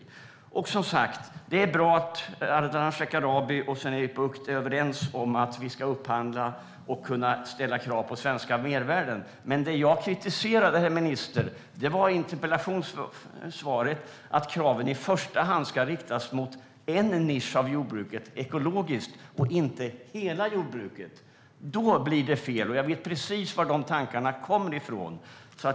Det är som sagt bra att Ardalan Shekarabi och Sven-Erik Bucht är överens om att vi ska upphandla och kunna ställa krav på svenska mervärden. Men det jag kritiserade i interpellationssvaret var att kraven i första hand ska riktas mot en nisch av jordbruket, ekologiskt, och inte hela jordbruket. Då blir det fel. Jag vet precis var de tankarna kommer ifrån.